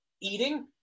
eating